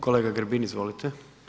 Kolega Grbin, izvolite.